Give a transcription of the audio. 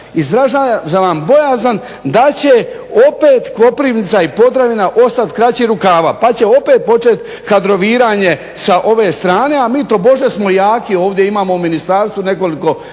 izražavam bojazan da će opet Koprivnica i Podravina ostat kraćih rukava, pa će opet počet kadroviranje sa ove strane a mi tobože smo jako, ovdje imamo u ministarstvu nekoliko